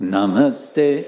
Namaste